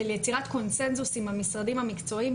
של יצירת קונצנזוס עם המשרדים המקצועיים,